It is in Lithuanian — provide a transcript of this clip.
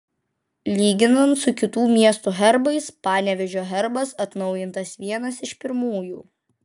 lyginant su kitų miestų herbais panevėžio herbas atnaujintas vienas iš pirmųjų